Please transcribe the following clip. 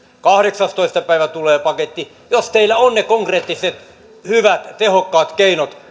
kahdeksastoista päivä tulee paketti jos teillä on ne konkreettiset hyvät tehokkaat keinot